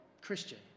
Christian